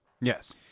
Yes